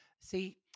See